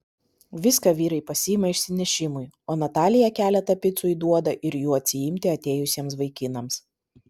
viską vyrai pasiima išsinešimui o natalija keletą picų įduoda ir jų atsiimti atėjusiems vaikinams